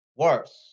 Worse